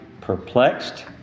perplexed